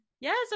yes